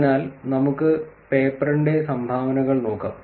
അതിനാൽ നമുക്ക് പേപ്പറിന്റെ സംഭാവനകൾ നോക്കാം